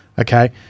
Okay